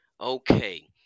Okay